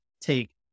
take